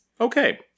Okay